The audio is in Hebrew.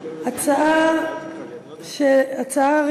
הוא אומר